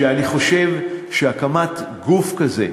שאני חושב שהקמת גוף כזה,